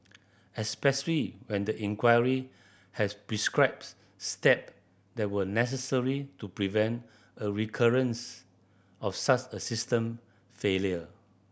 especially when the inquiry had prescribes step that were necessary to prevent a recurrence of such a system failure